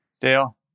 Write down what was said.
Dale